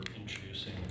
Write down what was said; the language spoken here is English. introducing